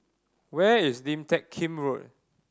where is Lim Teck Kim Road